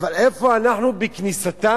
אבל איפה אנחנו בכניסתם?